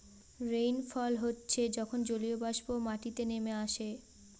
rainfall হচ্ছে যখন জলীয়বাষ্প মাটিতে নেমে আসে